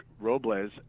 robles